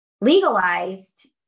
legalized